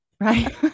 right